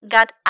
Got